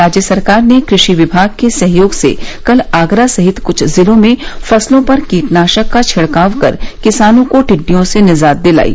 राज्य सरकार ने कृषि विभाग के सहयोग से कल आगरा सहित कुछ जिलों में फसलों पर कीटनाशक का छिड़काव कर किसानों को टिड्डियों से निजात दिलायी